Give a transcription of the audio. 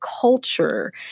culture